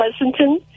Pleasanton